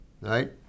right